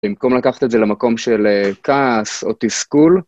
במקום לקחת את זה למקום של כעס או תסכול.